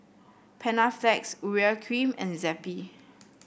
Panaflex Urea Cream and Zappy